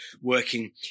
working